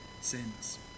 sins